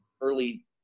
early